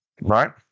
Right